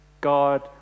God